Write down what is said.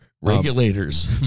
regulators